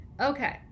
okay